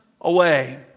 away